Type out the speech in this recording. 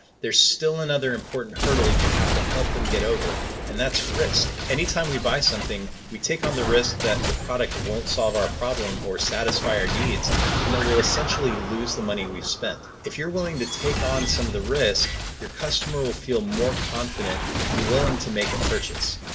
there's still another important hurdle you have to help them get over and that's risk. any time we buy something, we take on the risk that the product won't solve our problem or satisfy our needs and that we'll essentially lose the money we've spent. if you're willing to take on some of the risk, your customer will feel more confident and willing to make a purchase.